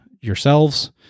yourselves